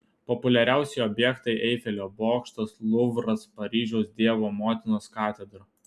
populiariausi objektai eifelio bokštas luvras paryžiaus dievo motinos katedra